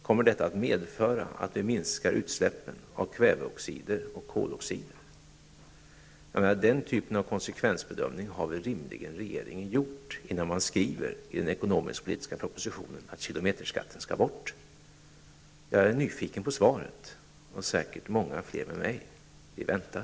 Kommer detta att medföra att vi minskar utsläppen av kväveoxider och koloxider? Den typen av konsekvensbedömning har väl regeringen rimligen gjort innan man i den ekonomisk-politiska propositionen skrivit att kilometerskatten skall bort. Jag och säkert många med mig är nyfiken på svaret. Vi väntar.